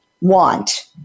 want